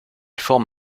forme